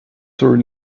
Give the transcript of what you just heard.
turn